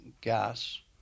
gas